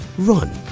run.